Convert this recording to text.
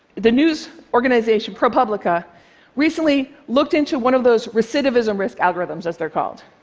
the news organization propublica recently looked into one of those recidivism risk algorithms, as they're called,